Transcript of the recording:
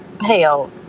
hell